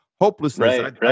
hopelessness